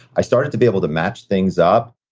i started to be able to match things up,